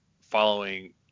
following